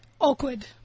awkward